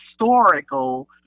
historical